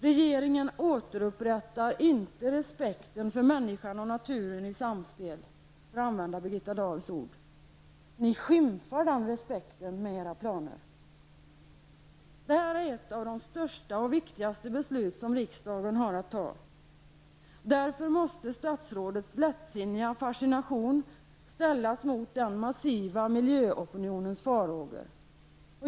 Regeringen ''återupprättar inte respekten för människan och naturen i samspel'' -- för att använda Birgitta Dahls ord -- utan ni skymfar den respekten med era planer. Det här är ett av de största och viktigaste beslut som riksdagen har att fatta. Därför måste statsrådets lättsinniga fascination ställas mot den massiva miljöopinionens farhågor.